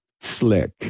Slick